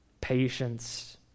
patience